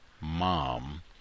mom